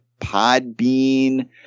Podbean